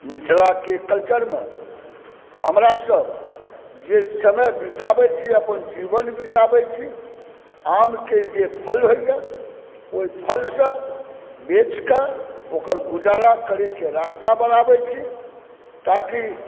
मिथिलाके क्लचरमे हमरासब जे समय बीताबै छी अपन जीवन बीताबै छी आम के जे फल होईए ओहि फलसंँ बेच कऽ ओकर गुजारा करएके रास्ता बनाबैत छी ताकि